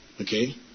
Okay